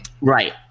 Right